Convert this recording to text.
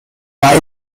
war